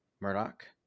Murdoch